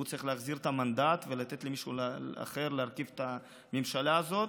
הוא צריך להחזיר את המנדט ולתת למישהו אחר להרכיב את הממשלה הזאת.